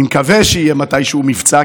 אני מקווה שיהיה מתישהו מבצע,